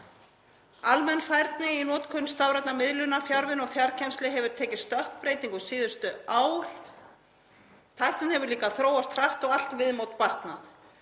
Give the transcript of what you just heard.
Almenn færni í notkun stafrænnar miðlunar, fjarvinnu og fjarkennslu hefur tekið stökkbreytingum síðustu ár. Tæknin hefur líka þróast hratt og allt viðmót batnað.